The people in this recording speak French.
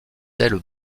ailes